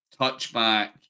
touchback